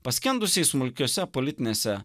paskendusiai smulkiose politinėse